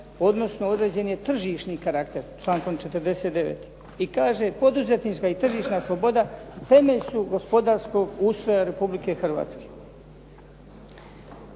odnosno određen je tržišni karakter člankom 49. i kaže poduzetnička i tržišna sloboda temelj su gospodarskog ustroja Republike Hrvatske.